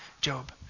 Job